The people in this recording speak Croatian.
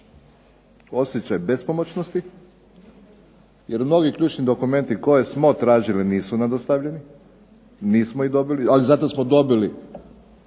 Osjećaj bespomoćnosti, jer mnogi ključni dokumenti koje smo tražili nisu nam dostavljeni, nismo ih dobili, ali zato smo dobili